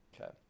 Okay